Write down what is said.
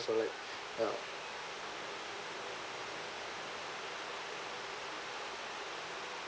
so like um